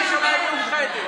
אתה אמרת ירושלים המאוחדת.